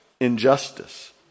Injustice